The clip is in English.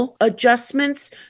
Adjustments